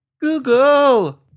google